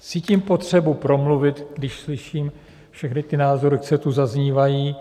Cítím potřebu promluvit, když slyším všechny ty názory, co tu zaznívají.